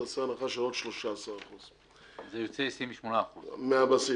תעשה הנחה של עוד 13%. זה יוצא 28%. מהבסיס,